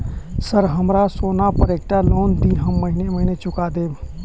Sir हमरा सोना पर एकटा लोन दिऽ हम महीने महीने चुका देब?